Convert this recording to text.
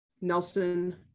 Nelson